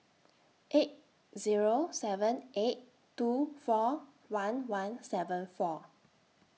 eight Zero seven eight two four one one seven four